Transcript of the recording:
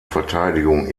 verteidigung